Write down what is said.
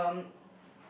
um